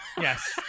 Yes